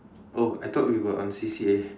oh I thought we were on C_C_A